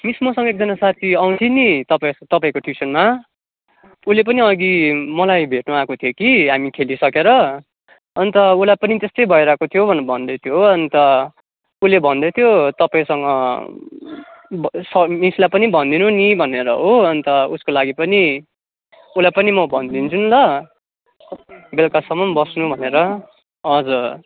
miss मसँग एकजना साथी आउँथ्यो नि तपाईँको तपाईँको ट्युसनमा उसले पनि अघि मलाई भेट्नु आएको थियो कि हामी खेलिसकेर अन्त उसलाई पनि त्यस्तै भइरहेको थियो भनेर भन्दै थियो हो अन्त उसले भन्दै थियो तपाईँसँग स मिसलाई पनि भन्दिनु नि भनेर हो अन्त उसको लागि पनि उसलाई पनि म भनिदिन्छु नि ल बेलुकासम्म बस्नु भनेर हजुर